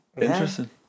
interesting